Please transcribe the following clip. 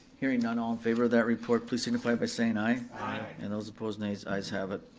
hearing on all in favor of that report, please signify by saying aye. aye. and those opposed nays, ayes have it.